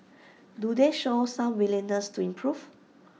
do they show some willingness to improve